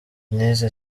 nize